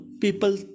people